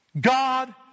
God